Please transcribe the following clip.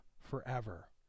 forever